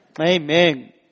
Amen